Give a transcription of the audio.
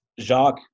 jacques